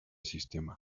sistema